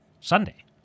Sunday